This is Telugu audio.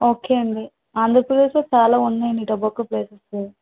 ఓకే అండి ఆంధ్రప్రదేశ్లో చాలా ఉన్నాయండి టొబ్యాకో ప్లేసెస్